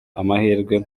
amahirwe